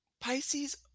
Pisces